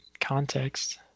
context